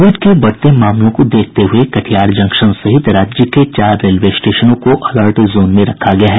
Covid के बढ़ते मामले को देखते हुए कटिहार जंक्शन सहित राज्य के चार रेलवे स्टेशनों को अलर्ट जोन में रखा गया है